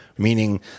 meaning